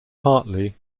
partly